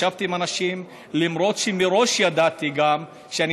ישבתי עם אנשים למרות שמראש ידעתי שאני